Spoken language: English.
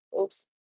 Oops